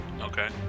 Okay